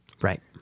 Right